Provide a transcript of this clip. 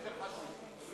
זה יותר חשוב לי.